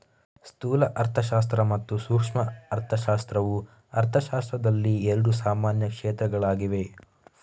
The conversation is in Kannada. ಸ್ಥೂಲ ಅರ್ಥಶಾಸ್ತ್ರ ಮತ್ತು ಸೂಕ್ಷ್ಮ ಅರ್ಥಶಾಸ್ತ್ರವು ಅರ್ಥಶಾಸ್ತ್ರದಲ್ಲಿ ಎರಡು ಸಾಮಾನ್ಯ ಕ್ಷೇತ್ರಗಳಾಗಿವೆ